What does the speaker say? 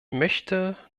möchte